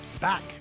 back